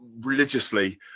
religiously